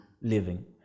Living